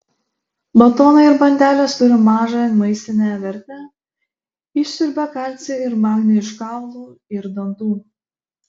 batonai ir bandelės turi mažą maistinę vertę išsiurbia kalcį ir magnį iš kaulų ir dantų